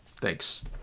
Thanks